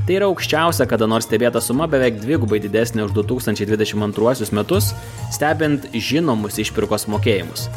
tai yra aukščiausia kada nors stebėta suma beveik dvigubai didesnė už du tūkstančiai dvidešimt antruosius metus stebint žinomus išpirkos mokėjimus